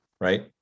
right